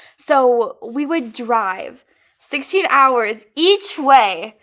so we would drive sixteen hours each way,